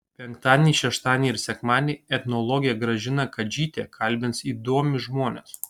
penktadienį šeštadienį ir sekmadienį etnologė gražina kadžytė kalbins įdomius žmones